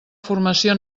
formació